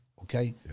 okay